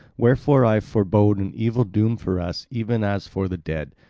wherefore i forebode an evil doom for us even as for the dead,